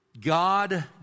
God